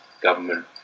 government